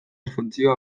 funtzioa